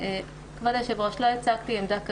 כבוד היושב-ראש, לא הצבתי עמדה כזאת.